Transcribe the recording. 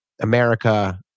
America